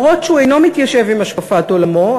אף-על-פי שהוא אינו מתיישב עם השקפת עולמו,